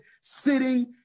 sitting